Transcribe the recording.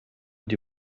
die